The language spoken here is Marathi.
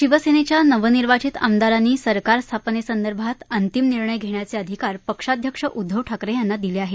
शिवसेनेच्या नवनिर्वाचित आमदारांनी सरकार स्थापने संदर्भात अंतिम निर्णय घेण्याचे अधिकार पक्षाध्यक्ष उद्दव ठाकरे यांना दिले आहेत